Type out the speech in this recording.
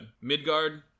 Midgard